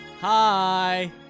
Hi